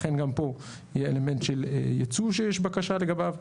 לכן גם פה יהיה אלמנט של ייצוא שיש בקשה לגביו.